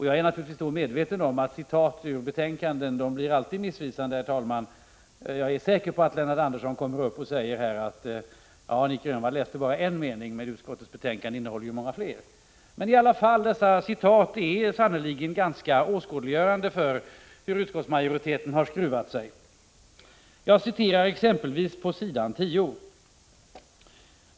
Jag är givetvis medveten om att citat ur betänkanden alltid blir missvisande, herr talman. Jag är säker på att Lennart Andersson kommer att gå upp och säga: Nic Grönvall citerade bara en mening, men utskottets betänkande innehåller många fler. Men dessa citat åskådliggör sannerligen ganska väl hur utskottsmajoriteten har skruvat sig. Jag citerar exempelvis på s. 10.